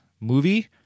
movie